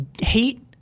hate